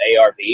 ARV